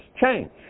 change